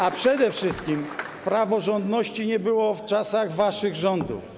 A przede wszystkim praworządności nie było w czasach waszych rządów.